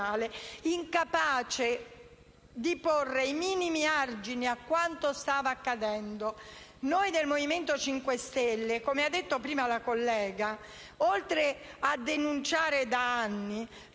incapace di porre i minimi argini a quanto stava accadendo. Noi del Movimento 5 Stelle, come ha detto prima la collega, facciamo anche